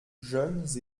jeunes